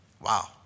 Wow